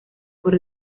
por